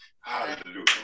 Hallelujah